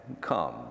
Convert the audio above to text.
Come